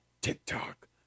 TikTok